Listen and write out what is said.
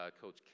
Coach